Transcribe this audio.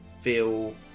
feel